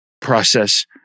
process